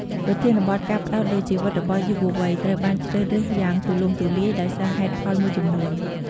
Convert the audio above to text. ប្រធានបទ ការផ្តោតលើជីវិតរបស់យុវវ័យ ត្រូវបានជ្រើសរើសយ៉ាងទូលំទូលាយ ដោយសារហេតុផលមួយចំនួន។